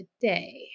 today